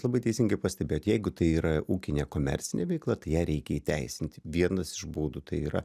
labai teisingai pastebėta jeigu tai yra ūkinė komercinė veikla tai ją reikia įteisinti vienas iš būdų tai yra